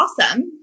awesome